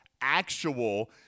actual